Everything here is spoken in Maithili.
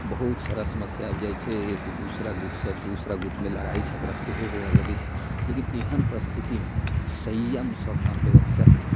बहुत सारा समस्या आबि जाइ छै दूसरा गुट सऽ दूसरा गुट मे लड़ाइ झगड़ा सेहो हुए लगै छै लेकिन एहन परिस्थिति मे सय्यम सऽ काम लेबाक चाही